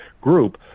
group